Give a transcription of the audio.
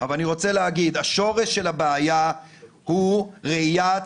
אבל אני רוצה להגיד: השורש של הבעיה הוא ראיית